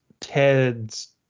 Ted's